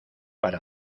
para